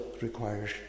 requires